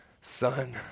Son